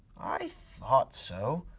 i thought so,